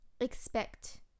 expect